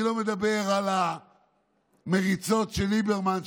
אני לא מדבר על המליצות של ליברמן,